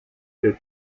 que